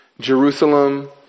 Jerusalem